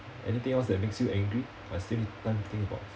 anything else that makes you angry I still need time to think about